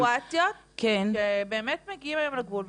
אבל יש סיטואציה שבאמת מגיעים לגבול,